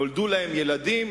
נולדו להם ילדים,